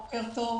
בוקר טוב